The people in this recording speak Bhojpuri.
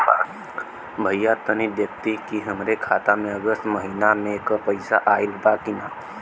भईया तनि देखती की हमरे खाता मे अगस्त महीना में क पैसा आईल बा की ना?